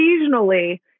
Occasionally